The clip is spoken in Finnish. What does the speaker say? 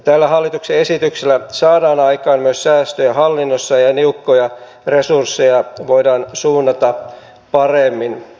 tällä hallituksen esityksellä saadaan aikaan myös säästöjä hallinnossa ja niukkoja resursseja voidaan suunnata paremmin